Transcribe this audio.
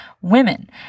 women